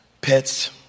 pets